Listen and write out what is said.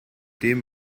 dem